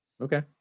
Okay